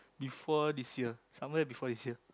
before this year somewhere before this year